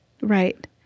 Right